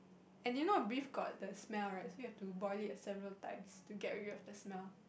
and then you know beef got the smell right so you have boil it several times to get rid of the smell